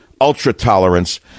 ultra-tolerance